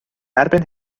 erbyn